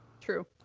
true